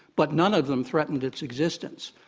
but none of them threatened its existence.